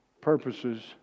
purposes